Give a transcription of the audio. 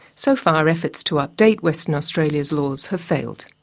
so far, efforts to update western australia's laws have failed.